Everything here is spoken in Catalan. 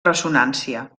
ressonància